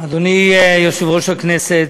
אדוני יושב-ראש הכנסת,